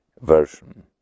version